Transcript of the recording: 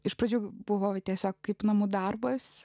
iš pradžių buvo tiesiog kaip namų darbas